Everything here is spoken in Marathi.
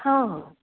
हा